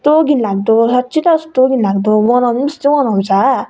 यस्तो घिन लाग्दो साँच्चै त यस्तो घिन लाग्दो गनाउनु त्यस्तै गनाउँछ